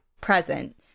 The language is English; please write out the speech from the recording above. present